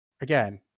again